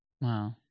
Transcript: Wow